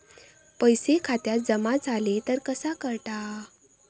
पैसे खात्यात जमा झाले तर कसा कळता?